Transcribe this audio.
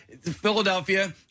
Philadelphia